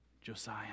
Josiah